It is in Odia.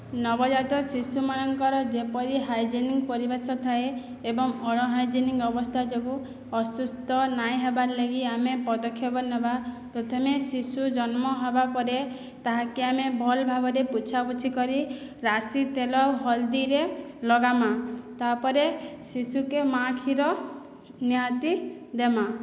ନବଜାତ ଶିଶୁମାନଙ୍କର ଯେପରି ହାଇଜେନିକ୍ ପରିବେଶ ଥାଏ ଏବଂ ଅନ୍ହାଇଜେନିକ୍ ଅବସ୍ଥା ଯୋଗୁଁ ଅସୁସ୍ଥ ନାଇଁ ହେବାର୍ଲାଗି ଆମେ ପଦକ୍ଷେପ ନେବା ପ୍ରଥମେ ଶିଶୁ ଜନ୍ମ ହେବା ପରେ ତାହାକେ ଆମେ ଭଲ୍ ଭାବରେ ପୁଛା ପୁଛି କରି ରାଶି ତେଲ ହଲ୍ଦୀରେ ଲଗାମା ତାପରେ ଶିଶୁକେ ମା' କ୍ଷୀର ନିହାତି ଦେମା